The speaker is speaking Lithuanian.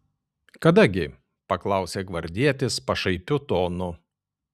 kada gi paklausė gvardietis pašaipiu tonu